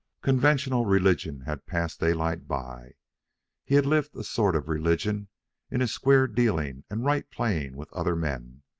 conventional religion had passed daylight by he had lived a sort of religion in his square dealing and right playing with other men,